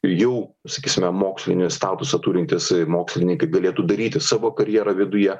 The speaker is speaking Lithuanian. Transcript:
jau sakysime mokslinį statusą turintys mokslininkai galėtų daryti savo karjerą viduje